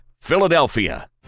Philadelphia